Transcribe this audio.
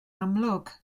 amlwg